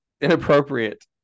inappropriate